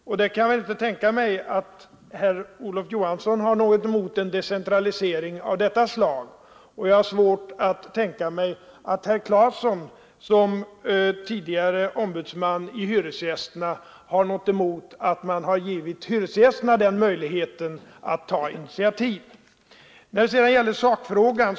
Jag kan inte tänka mig att herr Olof Johansson i Stockholm har någonting emot en decentralisering av detta slag, och jag har svårt att tänka mig att herr Claeson, tidigare ombudsman i Hyresgästernas riksförbund, har något emot att man har givit hyresgästerna den möjligheten att ta initiativ. För det andra är det sakfrågan.